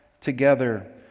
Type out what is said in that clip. together